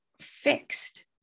fixed